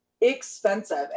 expensive